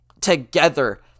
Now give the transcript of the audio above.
together